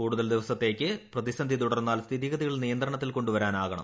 കൂടുതൽ ദിവസത്തേക്ക് പ്പെതി്സന്ധി തുടർന്നാൽ സ്ഥിതിഗതികൾ നിയന്ത്രണത്തിൽ കൊണ്ടു പ്ലരാനാകണം